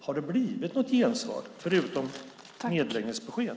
Har det blivit något gensvar, förutom nedläggningsbesked?